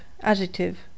Adjective